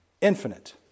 infinite